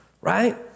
right